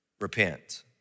Repent